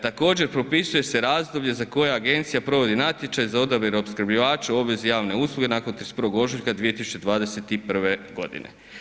Također propisuje se razdoblje za koje agencija provodi natječaj za odabir opskrbljivača u obvezi javne usluge nakon 31. ožujka 2021. godine.